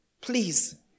Please